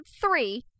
three